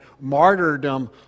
martyrdom